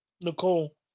Nicole